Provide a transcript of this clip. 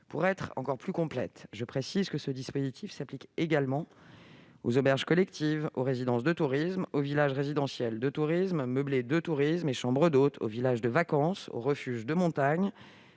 Pour être encore plus complète, je précise que ce dispositif s'applique également aux auberges collectives, aux résidences de tourisme, aux villages résidentiels de tourisme, aux meublés de tourisme et aux chambres d'hôtes, aux villages de vacances, aux refuges de montagne,